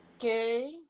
Okay